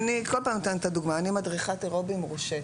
למרות שאני כול פעם נותנת את הדוגמה: אני מדריכת אירובי מורשה,